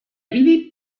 bibi